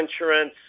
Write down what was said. insurance